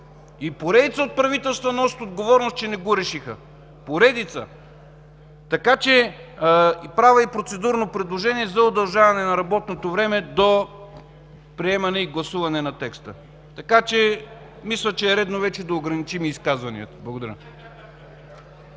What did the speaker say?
и поредица от правителства носят отговорност, че не го решиха. Поредица! Правя и процедурно предложение за удължаване на работното време до приемане и гласуване на текста. Мисля, че е редно вече да ограничим изказванията. Благодаря.